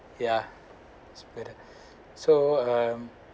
yeah that's good so uh